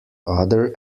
other